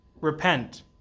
Repent